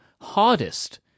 hardest